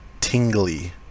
tingly